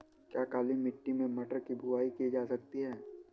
क्या काली मिट्टी में मटर की बुआई की जा सकती है?